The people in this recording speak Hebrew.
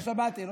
לא שמעתי.